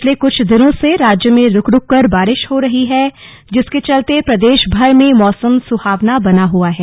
पिछले कुछ दिनों से राज्य में रूक रूककर बारिश हो रही है जिसके चलते प्रदेशभर में मौसम सुहावना बना हुआ है